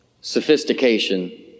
sophistication